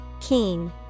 Keen